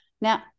Now